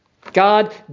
God